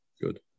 Good